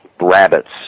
rabbits